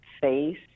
face